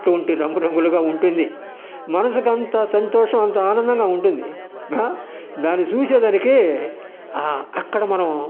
అటువంటి రంగురంగులుగా ఉంటుంది మనసుకంత సంతోషం అంత ఆనందంగా ఉంటుంది దాన్ని చూసే దానికి అక్కడ మనం